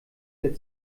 der